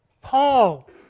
Paul